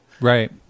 right